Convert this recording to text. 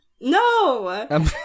No